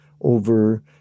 over